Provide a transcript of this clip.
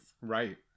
Right